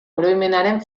oroimenaren